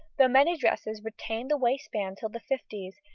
though many dresses retain the waistband till the fifties,